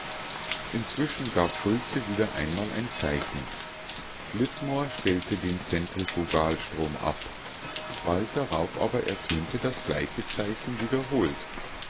inzwischen gab schultze wieder einmal ein zeichen flitmore stellte den zentrifugalstrom ab bald darauf aber ertönte das gleiche zeichen wiederholt